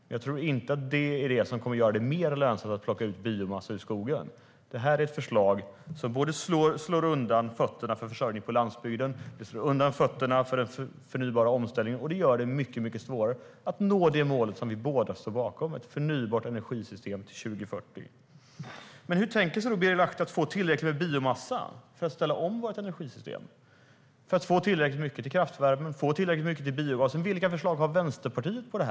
Men jag tror inte att det kommer att göra det mer lönsamt att plocka ut biomassa ur skogen. Detta är ett förslag som slår undan fötterna för försörjning på landsbygden och för den förnybara omställningen. Det gör det mycket svårare att nå det mål vi båda står bakom, ett förnybart energisystem till 2040. Hur tänker sig Birger Lahti att få tillräckligt med biomassa för att ställa om vårt energisystem, få tillräckligt mycket till kraftvärme och få tillräckligt mycket till biogasen? Vilka förslag har Vänsterpartiet för det?